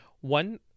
one